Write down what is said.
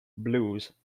blues